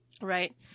Right